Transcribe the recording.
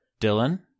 Dylan